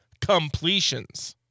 Completions